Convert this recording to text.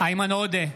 איימן עודה,